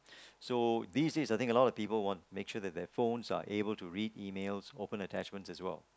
so this is I think a lot of people want make sure that their phones are able to read emails open attachments as well